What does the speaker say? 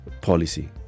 policy